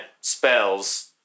spells